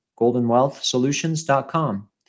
goldenwealthsolutions.com